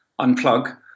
Unplug